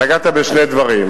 נגעת בשני דברים.